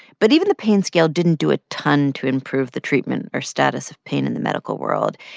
but even the pain scale didn't do a ton to improve the treatment or status of pain in the medical world.